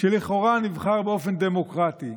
שלכאורה נבחר באופן דמוקרטי,